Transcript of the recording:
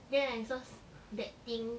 then I saw s~ that thing